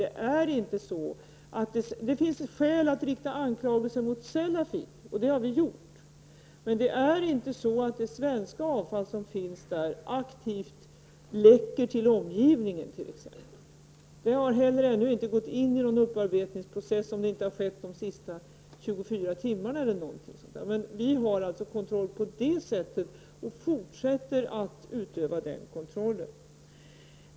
Det finns skäl att rikta anklagelser mot Sellafield, och det har vi gjort. Men det svenska avfall som finns där läcker t.ex. inte aktivt till omgivningen. Det har inte heller gått in i upparbetningsprocessen, om det inte har skett under de senaste 24 timmarna. Vi har en sådan kontroll, och vi fortsätter att utöva den kontrollen.